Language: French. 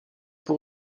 pour